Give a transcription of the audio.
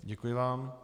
Děkuji vám.